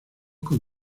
con